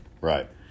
Right